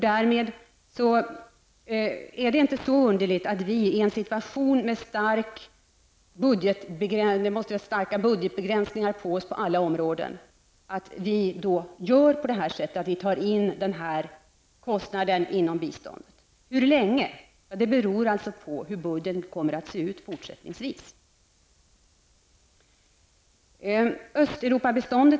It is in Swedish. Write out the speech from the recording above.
Därmed är det inte underligt att vi i en situation med starka budgetbegränsningar på oss från alla områden gör på detta sätt och tar in denna kostnad inom biståndet. Hur länge? Det beror på hur budgeten kommer att se ut fortsättningsvis. Så Östeuropabiståndet.